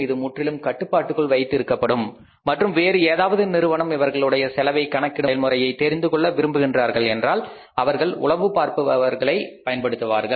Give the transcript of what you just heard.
இது முற்றிலும் கட்டுப்பாட்டுக்குள் வைத்திருக்கப்படும் மற்றும் வேறு ஏதாவது நிறுவனம் இவர்களுடைய செலவை கணக்கிடும் செயல்முறையை தெரிந்து கொள்ள விரும்புகிறார்கள் என்றால் அவர்கள் உளவு பார்ப்பவர்களை பயன்படுத்துவார்கள்